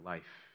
life